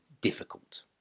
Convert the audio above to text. difficult